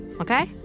okay